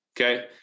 okay